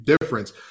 difference